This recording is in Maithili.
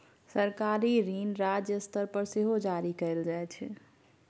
सरकारी ऋण राज्य स्तर पर सेहो जारी कएल जाइ छै